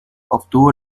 obtuvo